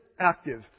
active